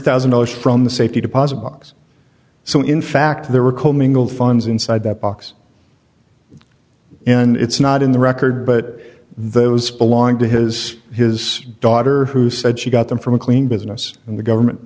thousand dollars from the safety deposit box so in fact there were commingled funds inside that box and it's not in the record but those belonged to his his daughter who said she got them from a clean business and the government